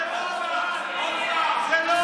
עוד פעם, זה לא עבד, זה לא עבד.